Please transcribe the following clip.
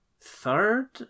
third